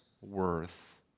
worth